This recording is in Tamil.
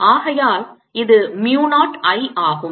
ஆகையால் இது mu 0 I ஆகும்